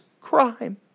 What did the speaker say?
crime